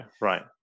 right